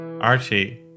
Archie